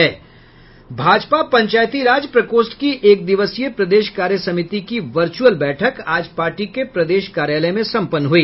भाजपा पंचायतीराज प्रकोष्ठ की एक दिवसीय प्रदेश कार्यसमिति की वर्चुअल बैठक आज पार्टी के प्रदेश कार्यालय में संपन्न हुई